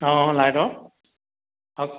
অঁ লাইটৰ কওক